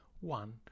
one